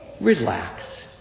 relax